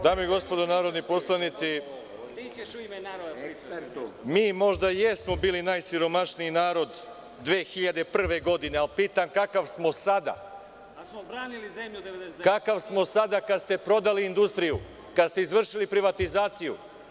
Dame i gospodo narodni poslanici, mi možda jesmo bili najsiromašniji narod 2001. godine, ali pitam - kakav smo sada narod kada ste prodali industriju, kada ste izvršili privatizaciju?